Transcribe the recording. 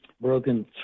broken